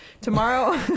Tomorrow